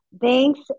Thanks